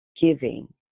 giving